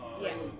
Yes